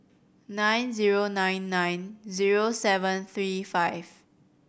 nine zero nine nine zero seven three five